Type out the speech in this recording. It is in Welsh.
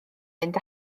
mynd